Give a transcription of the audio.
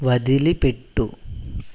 వదిలిపెట్టు